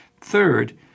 Third